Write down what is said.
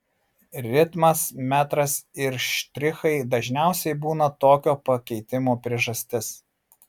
ritmas metras ir štrichai dažniausiai būna tokio pakeitimo priežastis